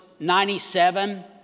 97